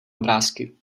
obrázky